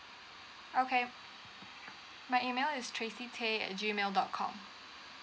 okay my email is tracey tay at G mail dot com